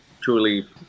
truly